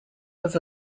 was